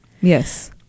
Yes